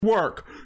work